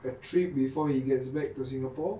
a trip before he gets back to singapore